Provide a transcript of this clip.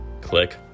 Click